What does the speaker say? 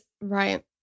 right